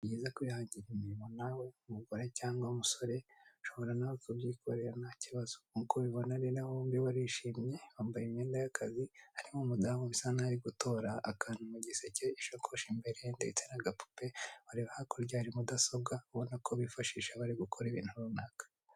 Ni biza kwihangira umurimo nawe mugore cyangwa musore ushobora nawe kubyikorera ntakibazo nk'uko ubibona rero abo bombi barishimye bambaye imyenda y'akazi harimo umudamu bisa nk'aho ari gutora akantu mu giseke isakoshi imbere ndetse n'agapupe wareba hakurya hari mudasobwa ubona ko bifashisha bari gukora ibintu runaka